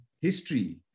history